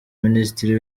minisitiri